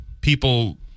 people